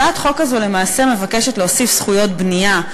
הצעת החוק הזאת למעשה מבקשת להוסיף זכויות בנייה,